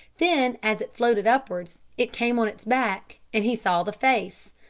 then as it floated upwards it came on its back, and he saw the face.